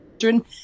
children